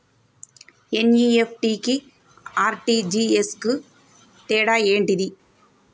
NEFT కి RTGS కు తేడా ఏంటిది?